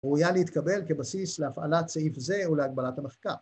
‫ראויה להתקבל כבסיס ‫להפעלת סעיף זה ולהגבלת המחקר.